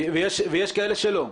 ויש כאלה שלא.